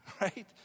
Right